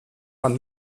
man